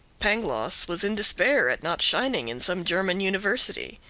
pangloss was in despair at not shining in some german university.